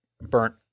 burnt